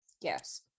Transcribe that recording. Yes